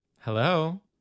Hello